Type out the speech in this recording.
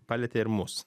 palietė ir mus